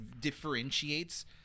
differentiates